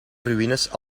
ruïnes